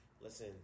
listen